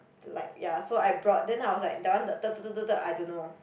like ya so I brought then I was like that one I don't know